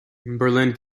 berlin